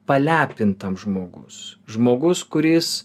palepintam žmogus žmogus kuris